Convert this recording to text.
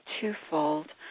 twofold